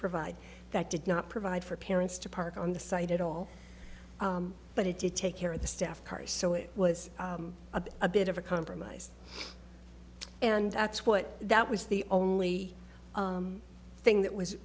provide that did not provide for parents to park on the site at all but had to take care of the staff cars so it was a bit of a compromise and that's what that was the only thing that was